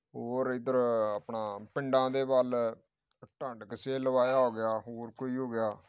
ਹੋਰ ਇੱਧਰ ਆਪਣਾ ਪਿੰਡਾਂ ਦੇ ਵੱਲ ਢੰਡ ਕਿਸੇ ਲਵਾਇਆ ਹੋ ਗਿਆ ਹੋਰ ਕੋਈ ਹੋ ਗਿਆ